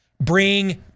bring